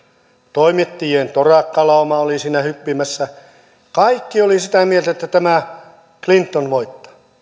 toimittajien torakkalauma oli siinä hyppimässä kaikki olivat sitä mieltä että tämä clinton voittaa